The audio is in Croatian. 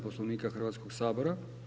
Poslovnika Hrvatskog sabora.